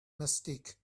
mistake